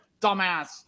Dumbass